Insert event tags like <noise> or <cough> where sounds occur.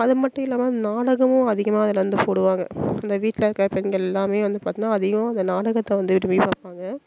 அது மட்டும் இல்லாமல் நாடகமும் அதிகமாக அதில் வந்து போடுவாங்க அந்த வீட்டில் இருக்கிற பெண்கள் எல்லாமே வந்து பார்த்தினா அதிகமாக அந்த நாடகத்தை வந்து <unintelligible> பார்ப்பாங்க